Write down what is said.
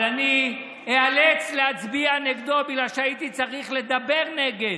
אבל אני איאלץ להצביע נגדו בגלל שהייתי צריך לדבר נגד,